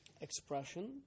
expression